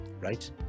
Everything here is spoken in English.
right